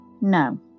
No